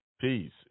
Peace